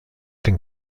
den